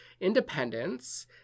independence